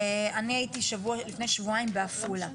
אני הייתי לפני שבועיים בעפולה.